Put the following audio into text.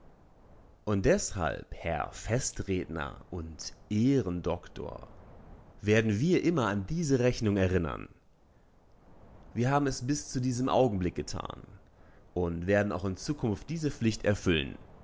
und deshalb herr festredner und ehrendoktor werden wir immer wieder an diese rechnung erinnern wir haben es bis zu diesem augenblick getan und werden auch in zukunft diese pflicht erfüllen